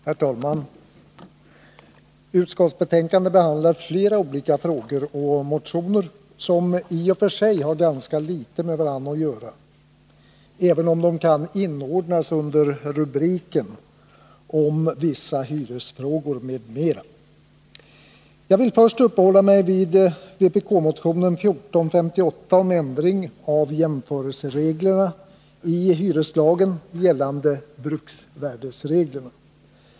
Herr talman! Utskottsbetänkandet behandlar flera olika frågor och motioner som i och för sig har ganska litet med varandra att göra, även om de kan inordnas under rubriken ”Vissa hyresfrågor m.m.”. Jag vill först uppehålla mig vid vpk-motionen 1458 om ändring av jämförelsereglerna i hyreslagen, gällande bruksvärdesreglerna.